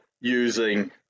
using